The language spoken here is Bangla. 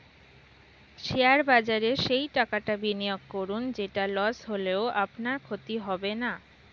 শেয়ার বাজারে সেই টাকাটা বিনিয়োগ করুন যেটা লস হলেও আপনার ক্ষতি হবে না